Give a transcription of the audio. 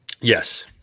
Yes